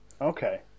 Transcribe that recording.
Okay